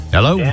Hello